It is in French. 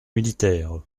militaires